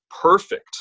perfect